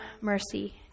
mercy